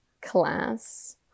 class